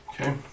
Okay